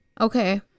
Okay